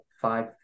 five